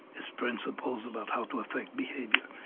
it's principles about how to affect behavior.